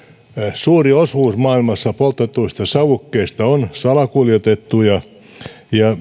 suuri osuus maailmassa poltetuista savukkeista on salakuljetettuja ja